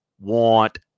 want